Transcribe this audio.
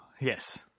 Yes